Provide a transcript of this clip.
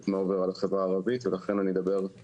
מה עובר על החברה הערבית ולכן אדבר על